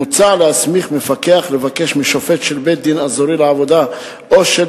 מוצע להסמיך מפקח לבקש משופט של בית-דין אזורי לעבודה או של